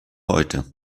heute